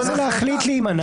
מה זה להחליט להימנע?